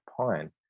pine